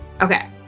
Okay